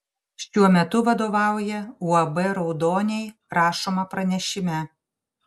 šiuo metu vadovauja uab raudoniai rašoma pranešime